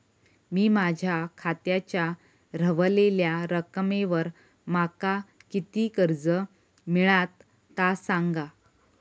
मी माझ्या खात्याच्या ऱ्हवलेल्या रकमेवर माका किती कर्ज मिळात ता सांगा?